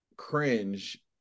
cringe